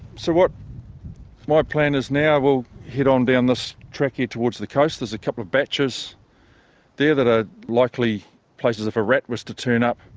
so what my plan is now, we'll head on down this track here towards the coast, there's a couple of baches there that are likely places if a rat was to turn up,